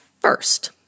First